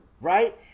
right